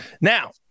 Now